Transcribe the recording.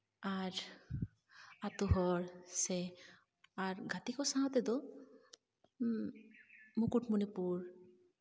ᱟᱨ ᱟᱹᱛᱩ ᱦᱚᱲ ᱥᱮ ᱟᱨ ᱜᱟᱛᱮ ᱠᱚ ᱥᱟᱶ ᱛᱮᱫᱚ ᱢᱩᱠᱩᱢᱚᱱᱤᱯᱩᱨ